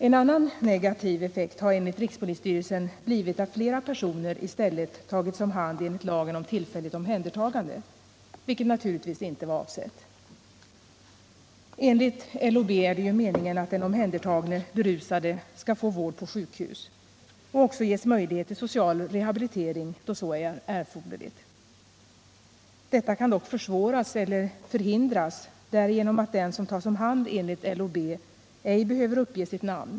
En annan negativ effekt har enligt rikspolisstyrelsen blivit att flera personer i stället tagits om hand enligt lagen om tillfälligt omhändertagande, vilket naturligtvis inte var avsett. Enligt LOB är det ju meningen att den omhändertagne berusade skall få vård på sjukhus och också ges möjlighet till social rehabilitering då så är erforderligt. Detta kan dock försvåras eller förhindras därigenom att den som tas om hand enligt LOB ej behöver uppge sitt namn.